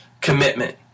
commitment